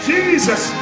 Jesus